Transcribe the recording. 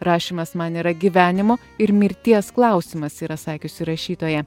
rašymas man yra gyvenimo ir mirties klausimas yra sakiusi rašytoja